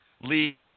lee